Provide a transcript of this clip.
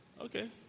Okay